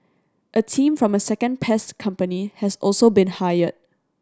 a team from a second pest company has also been hired